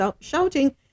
shouting